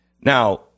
Now